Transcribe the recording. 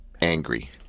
angry